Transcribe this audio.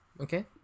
okay